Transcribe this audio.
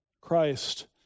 Christ